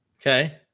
Okay